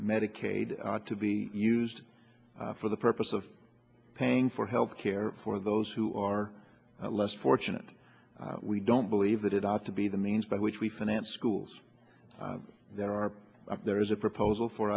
medicaid to be used for the purpose of paying for health care for those who are less fortunate we don't believe that it ought to be the means by which we finance schools there are there is a proposal for